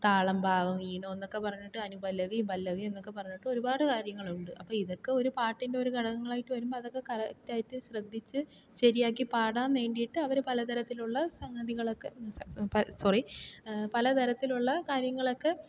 താളം ഭാവം ഈണം എന്നൊക്കെ പറഞ്ഞിട്ട് അനുപല്ലവിയും പല്ലവിയും എന്നൊക്കെ പറഞ്ഞിട്ട് ഒരുപാട് കാര്യങ്ങൾ ഉണ്ട് അപ്പോൾ ഇതൊക്കെ ഒരു പാട്ടിന്റെ ഒരു ഘടകങ്ങളായിട്ട് വരുമ്പം അതൊക്കെ കറക്റ്റ് ആയിട്ട് ശരിയാക്കി പാടാന് വേണ്ടിയിട്ട് അവര് പലതരത്തിലുള്ള സംഗതികളൊക്കെ സ സ സോറി പലതരത്തിലുള്ള കാര്യങ്ങളൊക്കെ